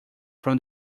from